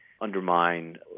undermine